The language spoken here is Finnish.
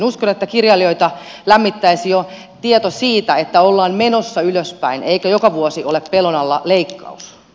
uskon että kirjailijoita lämmittäisi jo tieto siitä että ollaan menossa ylöspäin eikä joka vuosi ole pelon alla leikkaus